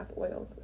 oils